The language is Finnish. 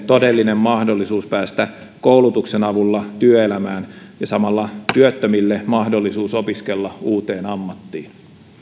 todellinen mahdollisuus päästä koulutuksen avulla työelämään ja samalla työttömille mahdollisuus opiskella uuteen ammattiin